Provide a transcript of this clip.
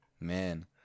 Man